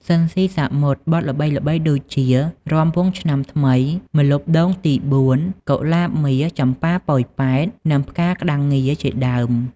ស៊ីន ស៊ីសាមុត បទល្បីៗដូចជា រាំវង់ឆ្នាំថ្មី ម្លប់ដូងទីបួន កូលាបមាស ចំប៉ាប៉ោយប៉ែត និងផ្កាក្ដាំងងាជាដើម។